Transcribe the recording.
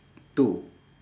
two